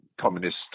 communist